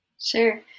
Sure